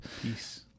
Peace